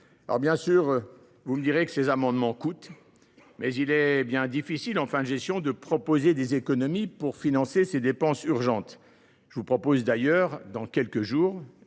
bien sûr, vous me direz que ces amendements coûtent, mais il est bien difficile en fin de gestion de proposer des économies pour financer ces dépenses urgentes. Je vous propose d’ailleurs d’avoir